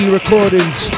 recordings